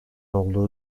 olduğu